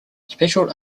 special